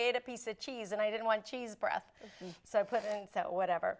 it a piece of cheese and i didn't want cheese breath so i put it and so whatever